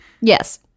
Yes